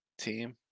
team